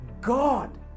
God